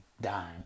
dime